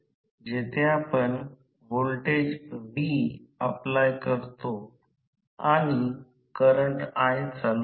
तर या सोपी युक्त्या रोटर सर्किटला संदर्भित आहेत या सोपी युक्तीने रोटर सर्किटला स्टेटर वारंवारिता संदर्भित केले